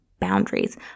boundaries